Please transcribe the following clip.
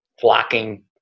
flocking